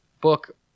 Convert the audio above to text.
book